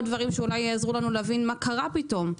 דברים שיעזרו לנו להבין מה קרה פתאום.